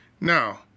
Now